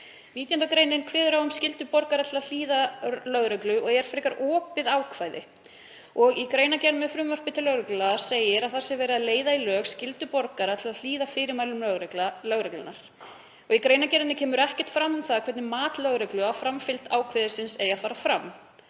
19. gr. kveður á um skyldu borgara til að hlýða lögreglu og er frekar opið ákvæði. Í greinargerð í frumvarpi til lögreglulaga segir að það sé verið að leiða í lög skyldu borgara til að hlýða fyrirmælum lögreglunnar. Í greinargerðinni kemur ekkert fram um það hvernig mat lögreglu á framfylgd ákvæðisins eigi að fara fram.